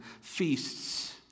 feasts